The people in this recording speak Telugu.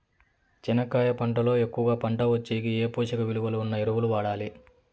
చెనక్కాయ పంట లో ఎక్కువగా పంట వచ్చేకి ఏ పోషక విలువలు ఉన్న ఎరువులు వాడాలి?